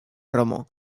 romo